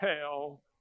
hell